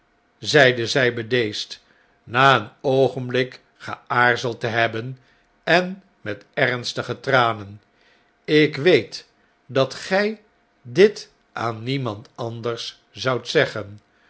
zeide zh bedeesd na een oogenblik geaarzeld te hebben en met ernstige tranen ik weet dat gij dit aan demand anders zoudt zeggen